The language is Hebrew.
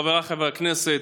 חבריי חברי הכנסת,